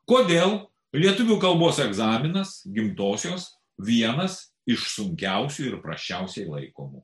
kodėl lietuvių kalbos egzaminas gimtosios vienas iš sunkiausių ir prasčiausiai laikomų